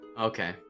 Okay